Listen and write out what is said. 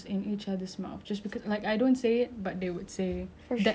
that I say it you know so it's pretty tough to make friends